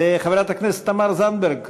חברת הכנסת תמר זנדברג